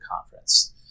conference